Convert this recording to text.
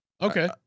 okay